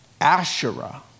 Asherah